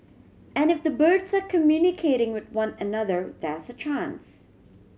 and if the birds are communicating with one another there's a chance